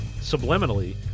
subliminally